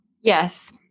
Yes